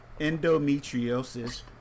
endometriosis